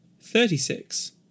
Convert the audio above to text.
Thirty-six